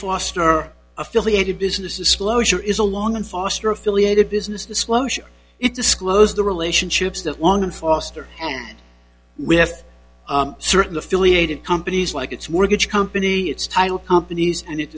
foster affiliated business disclosure is a long and foster affiliated business disclosure it disclose the relationships that one can foster and with certain affiliated companies like its mortgage company its title companies and it